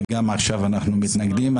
וגם עכשיו אנחנו מתנגדים.